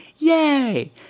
Yay